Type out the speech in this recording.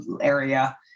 area